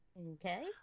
Okay